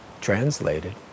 translated